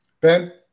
Ben